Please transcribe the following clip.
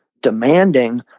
demanding